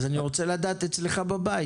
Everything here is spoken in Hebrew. אני רוצה לדעת אצלך בבית